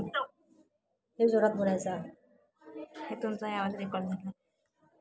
आज गुंतवणुकीसाठी खाते उघडणे खूप सोपे झाले आहे